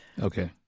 Okay